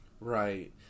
right